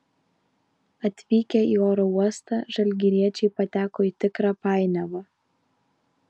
atvykę į oro uostą žalgiriečiai pateko į tikrą painiavą